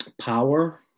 power